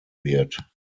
wird